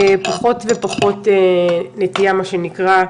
פחות ופחות נטייה מה שנקרא,